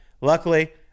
luckily